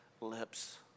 lips